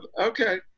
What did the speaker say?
Okay